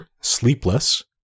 Sleepless